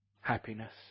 happiness